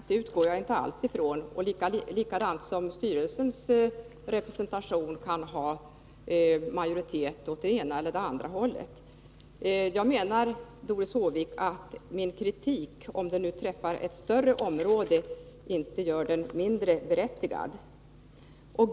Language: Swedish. Herr talman! På den senaste frågan vill jag svara att jag inte alls utgår från det. Lika väl som en styrelses representation kan ha majoritet åt det ena eller det andra hållet kan personalrepresentanterna ha det. Men det förhållandet att min kritik träffar ett större område gör den inte mindre berättigad, Doris Håvik.